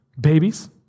babies